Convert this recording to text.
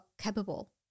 capable